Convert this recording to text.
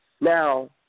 Now